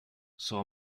saw